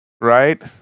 Right